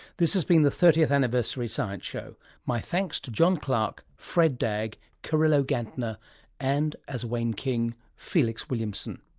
this has been the thirtieth anniversary science show my thanks to john clarke, fred dagg, carrillo gantner and, as wayne king, felix williamson.